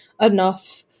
enough